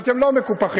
אבל אתם לא מקופחים.